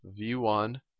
V1